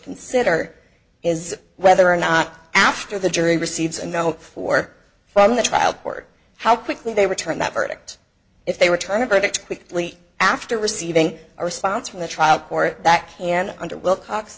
consider is whether or not after the jury receives a note for from the trial court how quickly they return that verdict if they return to verdict quickly after receiving a response from the trial court back and under wilcox